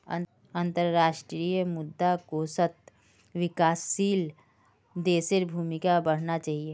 अंतर्राष्ट्रीय मुद्रा कोषत विकासशील देशेर भूमिका पढ़ना चाहिए